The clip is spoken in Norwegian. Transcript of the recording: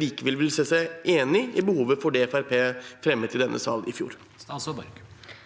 likevel vil si seg enig i behovet for det Fremskrittspartiet fremmet i denne sal i fjor.